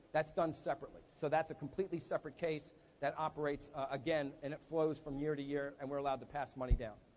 that's done separately. so that's a completely separate case that operates, again, and it flows from year to year, and we're allowed to pass money down.